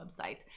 website